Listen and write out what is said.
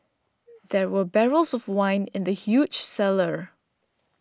there were barrels of wine in the huge cellar